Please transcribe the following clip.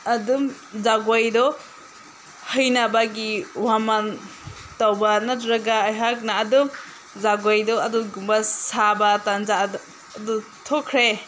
ꯑꯗꯨꯝ ꯖꯒꯣꯏꯗꯣ ꯍꯩꯅꯕꯒꯤ ꯋꯥꯃꯟ ꯇꯧꯕ ꯅꯠꯇ꯭ꯔꯒ ꯑꯩꯍꯥꯛꯅ ꯑꯗꯨꯝ ꯖꯒꯣꯏꯗꯣ ꯑꯗꯨꯒꯨꯝꯕ ꯁꯥꯕ ꯇꯟꯖꯥ ꯑꯗꯨ ꯊꯣꯛꯈ꯭ꯔꯦ